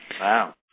Wow